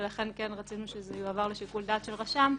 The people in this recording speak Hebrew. ולכן כן רצינו שזה יועבר לשיקול דעת של רשם,